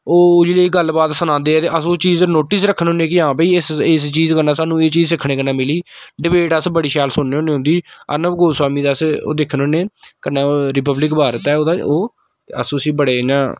ओह् जेह्ड़ी गल्ल बात सनांदे ते अस ओह् चीज नोटिस रक्खने होन्ने कि हां भाई इस चीज कन्नै सानूं एह् चीज सिक्खने कन्नै मिली डिबेट अस बड़ी शैल सुनने होन्ने उं'दी अर्नब गोस्बामी दी अस ओह् दिक्खने होन्ने कन्नै रिपब्लिक भारत ऐ ओह्दा ओह् अस उस्सी बड़े इ'यां